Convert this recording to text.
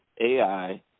AI